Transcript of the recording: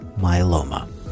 myeloma